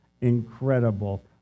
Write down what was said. incredible